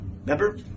Remember